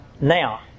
now